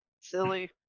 silly